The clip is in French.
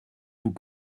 vous